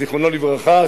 זיכרונו לברכה,